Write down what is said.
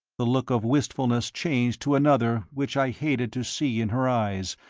the look of wistfulness changed to another which i hated to see in her eyes,